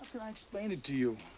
can i explain it to you?